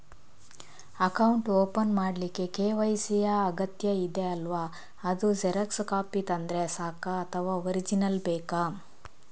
Account open ಮಾಡ್ಲಿಕ್ಕೆ KYC ಯಾ ಅಗತ್ಯ ಇದೆ ಅಲ್ವ ಅದು ಜೆರಾಕ್ಸ್ ಕಾಪಿ ತಂದ್ರೆ ಸಾಕ ಅಥವಾ ಒರಿಜಿನಲ್ ಬೇಕಾ?